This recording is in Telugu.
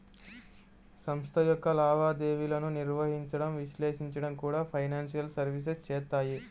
సంస్థ యొక్క లావాదేవీలను నిర్వహించడం, విశ్లేషించడం కూడా ఫైనాన్షియల్ సర్వీసెస్ చేత్తాయి